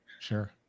Sure